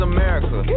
America